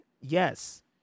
yes